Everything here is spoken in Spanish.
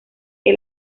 que